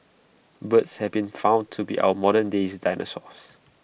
birds have been found to be our moderndays dinosaurs